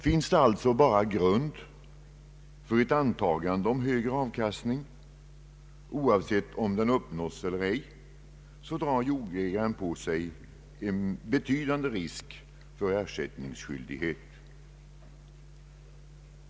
Finns det alltså bara grund för ett antagande om högre av kastning, oavsett om så sker i verkligheten eller ej, drar jordägaren på sig en betydande risk för ersättningsskyldighet.